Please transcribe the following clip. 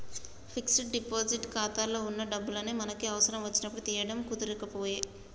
fixed deposit ఖాతాలో వున్న డబ్బులు మనకి అవసరం వచ్చినప్పుడు తీయడం కుదరకపాయె